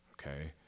okay